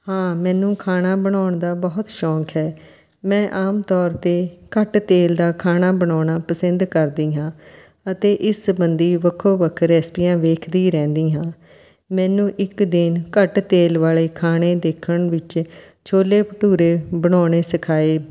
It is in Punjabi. ਹਾਂ ਮੈਨੂੰ ਖਾਣਾ ਬਣਾਉਣ ਦਾ ਬਹੁਤ ਸ਼ੌਂਕ ਹੈ ਮੈਂ ਆਮ ਤੌਰ 'ਤੇ ਘੱਟ ਤੇਲ ਦਾ ਖਾਣਾ ਬਣਾਉਣਾ ਪਸੰਦ ਕਰਦੀ ਹਾਂ ਅਤੇ ਇਸ ਸਬੰਧੀ ਵੱਖੋ ਵੱਖ ਰੈਸਪੀਆਂ ਵੇਖਦੀ ਰਹਿੰਦੀ ਹਾਂ ਮੈਨੂੰ ਇੱਕ ਦਿਨ ਘੱਟ ਤੇਲ ਵਾਲੇ ਖਾਣੇ ਦੇਖਣ ਵਿੱਚ ਛੋਲੇ ਭਟੂਰੇ ਬਣਾਉਣੇ ਸਿਖਾਏ